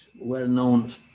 well-known